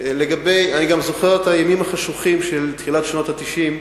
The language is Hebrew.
אני גם זוכר את הימים החשוכים של תחילת שנות ה-90,